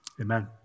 Amen